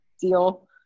deal